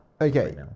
okay